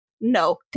No